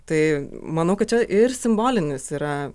tai manau kad čia ir simbolinis yra